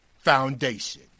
foundation